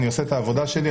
אני עושה את העבודה שלי.